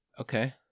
Okay